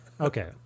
Okay